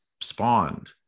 spawned